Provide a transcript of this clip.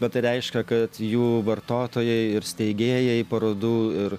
bet tai reiškia kad jų vartotojai ir steigėjai parodų ir